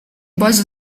боже